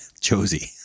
josie